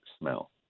smell